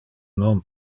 non